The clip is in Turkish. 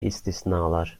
istisnalar